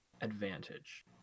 advantage